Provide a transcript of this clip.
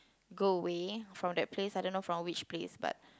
go away from that place I don't know from which place but